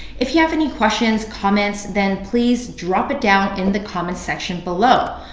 if you have any questions, comments, then please drop it down in the comment section below.